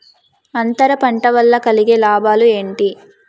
అంతర పంట వల్ల కలిగే లాభాలు ఏంటి